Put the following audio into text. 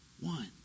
One